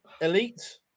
Elite